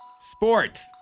Sports